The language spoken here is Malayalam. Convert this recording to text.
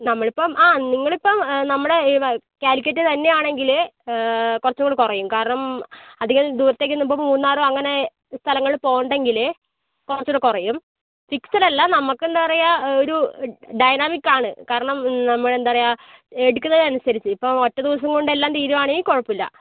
നമ്മളിപ്പം ആ നിങ്ങളിപ്പം നമ്മുടെ കാലിക്കട്ട് തന്നെയാണെങ്കിൽ കുറച്ചൂടെ കുറയും കാരണം അധികം ദൂരത്തേക്ക് ഇപ്പോൾ മൂന്നാർ അങ്ങനെ സ്ഥലങ്ങളിൽ പോകണ്ടെങ്കിൽ കുറച്ചൂടെ കുറയും ഫിക്സഡ് അല്ല നമുക്കെന്താണ് പാറയ്കാ ഒരു ഡൈനാമിക്ക് ആണ് കാരണം നമ്മൾ എന്താ പറയാ എടുക്കുന്നേനനുസരിച്ച് ഇപ്പോൾ ഒറ്റ ദിവസം കൊണ്ടെല്ലാം തീരുവാണെങ്കിൽ കുഴപ്പമില്ല